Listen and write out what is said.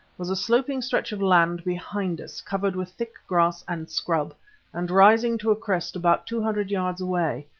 was a sloping stretch of land behind us, covered with thick grass and scrub and rising to a crest about two hundred yards away.